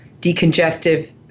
Decongestive